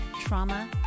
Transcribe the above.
trauma